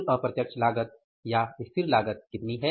कुल अप्रत्यक्ष लागत या स्थिर लागत कितनी है